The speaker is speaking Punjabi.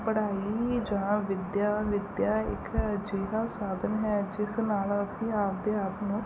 ਪੜ੍ਹਾਈ ਜਾਂ ਵਿੱਦਿਆ ਵਿੱਦਿਆ ਇਕ ਅਜਿਹਾ ਸਾਧਨ ਹੈ ਜਿਸ ਨਾਲ ਅਸੀਂ ਆਪਣੇ ਆਪ ਨੂੰ